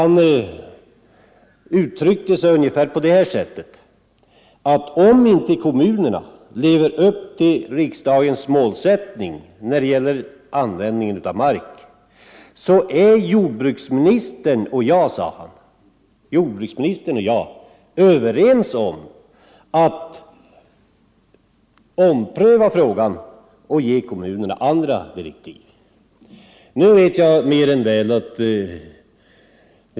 Han uttryckte det ungefär så här: Om inte kommunerna lever upp till riksdagens målsättning när det gäller användningen av mark, så är jordbruksministern och jag överens om att ompröva frågan och ge kommunerna andra direktiv.